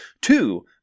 two